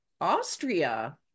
austria